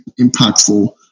impactful